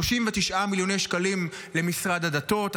39 מיליוני שקלים למשרד הדתות,